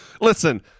Listen